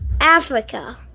Africa